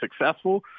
successful